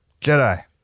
Jedi